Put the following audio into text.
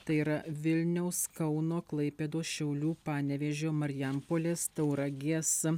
tai yra vilniaus kauno klaipėdos šiaulių panevėžio marijampolės tauragės